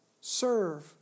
serve